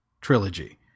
trilogy